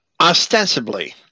Ostensibly